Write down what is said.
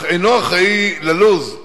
אך אינו אחראי ללוח הזמנים